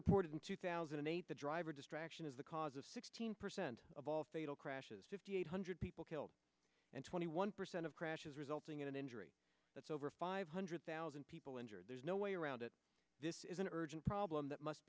report in two thousand and eight the driver distraction is the cause of sixteen percent of all fatal crashes fifty eight hundred people killed and twenty one percent of crashes result an injury that's over five hundred thousand people injured there's no way around it this is an urgent problem that must